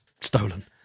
stolen